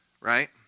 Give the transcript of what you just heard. right